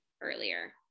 earlier